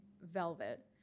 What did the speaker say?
Velvet